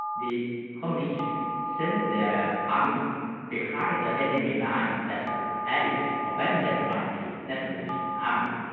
the communists sent and their army behind the enemy lines, that's the areas abandoned by the nationalist army,